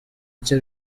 icyo